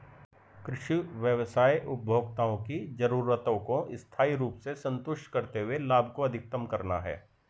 कृषि व्यवसाय उपभोक्ताओं की जरूरतों को स्थायी रूप से संतुष्ट करते हुए लाभ को अधिकतम करना है